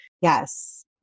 Yes